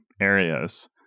areas